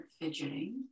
fidgeting